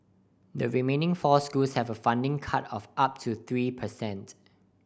the remaining four schools have a funding cut of up to three per cent